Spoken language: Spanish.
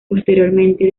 posteriormente